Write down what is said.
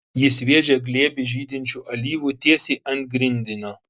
ji sviedžia glėbį žydinčių alyvų tiesiai ant grindinio